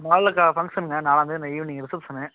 அந்த மஹாலில் ஃபங்க்ஷனுங்க நாலாம்தேதி ஈவினிங் ரிசெப்ஷன்னு